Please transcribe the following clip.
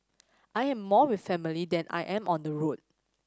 I am more with family than I am on the road